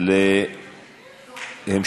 (תיקון,